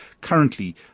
Currently